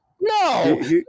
No